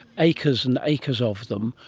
acres and acres of them,